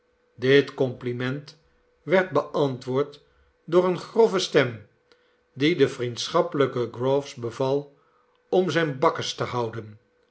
dit compliment werd beantwoord door eene grove stem die den vriendschappelijken groves beval om zijn bakkes te houden